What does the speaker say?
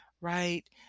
Right